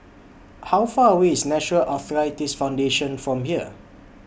How Far away IS National Arthritis Foundation from here